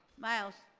miles,